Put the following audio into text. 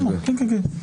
בסדר גמור.